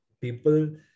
people